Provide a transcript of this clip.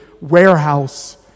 warehouse